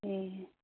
ꯑꯦ